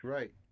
Right